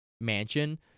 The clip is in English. mansion